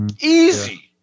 Easy